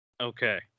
Okay